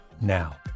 now